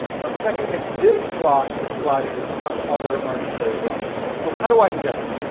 so i'm checking if this block is colliding with some other arbitrary block. so how do i know?